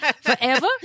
Forever